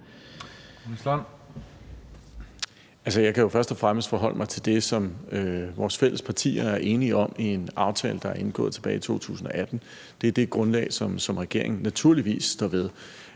jeg kan jo først og fremmest forholde mig til det, som vores fælles partier er enige om i en aftale, der blev indgået tilbage i 2018. Det er det grundlag, som regeringen naturligvis står ved.